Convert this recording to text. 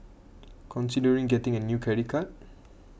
considering getting a new credit card